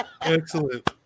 Excellent